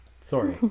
sorry